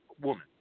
woman